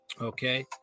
Okay